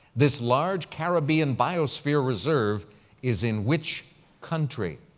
this large caribbean biosphere reserve is in which country?